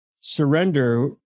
surrender